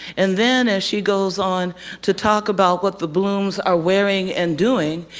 and then as she goes on to talk about what the blooms are wearing and doing,